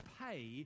pay